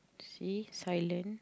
see silence